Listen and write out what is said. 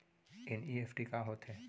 NEFT का होथे?